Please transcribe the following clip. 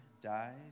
died